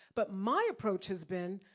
but my approach has been,